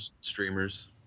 streamers